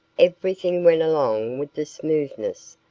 everything went along with the smoothness,